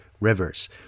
Rivers